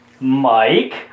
Mike